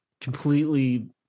completely